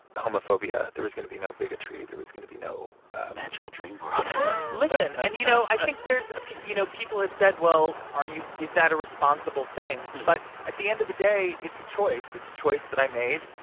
homophobia. there was going to be no bigotry. there was going to be no. a magical dream world listen. and you know, i think there's you know, people have said, well, are you is that a responsible thing? but at the end of the day, it's a choice. it's a choice that i made,